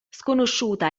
sconosciuta